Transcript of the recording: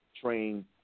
trained